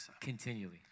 Continually